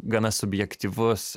gana subjektyvus